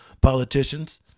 politicians